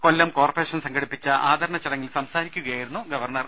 കൊല്ലം corporation സംഘടിപ്പിച്ച ആദരണ ചടങ്ങിൽ സംസാരിക്കുകയായിരുന്നു ഗവർണർ